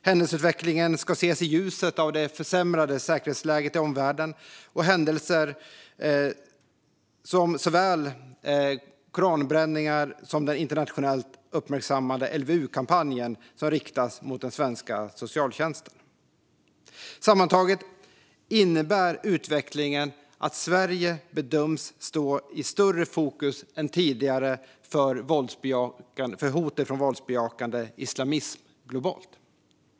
Händelseutvecklingen ska ses i ljuset av det försämrade säkerhetsläget i omvärlden och händelser som koranbränningarna och den internationellt uppmärksammade LVU-kampanj som riktas mot den svenska socialtjänsten. Sammantaget innebär utvecklingen att Sverige bedöms stå i större fokus än tidigare för hot från våldsbejakande islamism globalt.